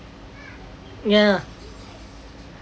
ya